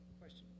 question